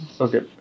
Okay